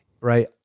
Right